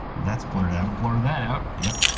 that's blurred out. blur that out. yeah,